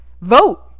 vote